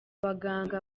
abaganga